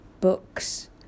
books